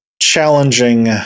challenging